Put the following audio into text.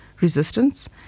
resistance